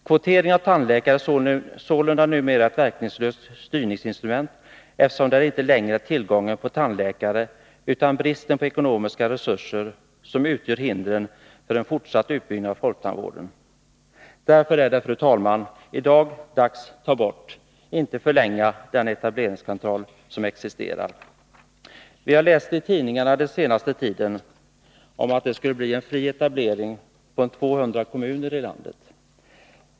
Kvoteringen av tandläkare är sålunda numera ett verkningslöst styrinstrument, eftersom det inte längre är tillgången på tandläkare utan bristen på ekonomiska resurser som utgör hindret för en fortsatt utbyggnad av folktandvården. Därför är det i dag, fru talman, dags att ta bort, inte förlänga, den etableringskontroll som existerar. Vi harläst i tidningarna den senaste tiden att det skulle bli en fri etablering i 200 kommuner i landet.